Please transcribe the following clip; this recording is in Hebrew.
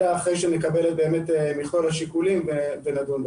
אלא אחרי שנקבל את מכלול השיקולים ונדון בכך.